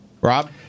Rob